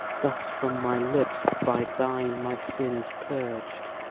thus from my lips, by thine my sin is purg'd.